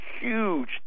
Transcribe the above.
huge